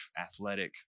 athletic